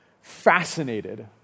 fascinated